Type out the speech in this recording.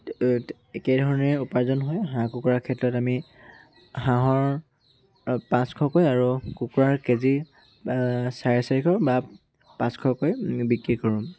একেধৰণে উপাৰ্জন হয় হাঁহ কুকুৰাৰ ক্ষেত্ৰত আমি হাঁহৰ পাঁচশকৈ আৰু কুকুৰাৰ কেজি চাৰে চাৰিশ বা পাঁচশকৈ বিক্ৰী কৰোঁ